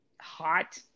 hot